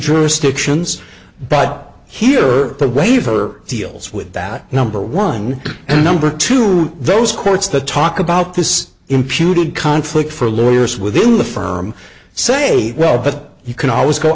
jurisdictions but here the waiver deals with that number one and number two those courts that talk about this imputed conflict for lawyers within the firm say well but you can always go